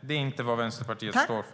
Det är inte vad Vänsterpartiet står för.